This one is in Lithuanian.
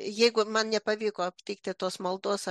jeigu man nepavyko aptikti tos maldos